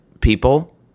people